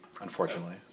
Unfortunately